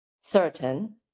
certain